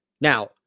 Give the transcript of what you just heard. Now